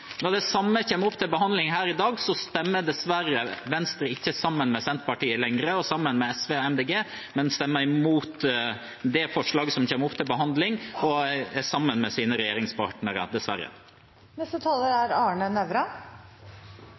Når det samme kommer opp til behandling her i dag, stemmer Venstre dessverre ikke lenger sammen med Senterpartiet, SV og Miljøpartiet De Grønne; de stemmer imot det forslaget som kommer opp til behandling, sammen med sine regjeringspartnere – dessverre. Jeg vil kommentere noen områder som jeg har vært veldig engasjert i, og som jeg synes er